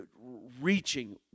reaching